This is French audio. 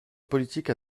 politique